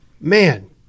man